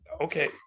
Okay